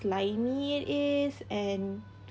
slimy it is and